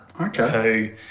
Okay